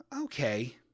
okay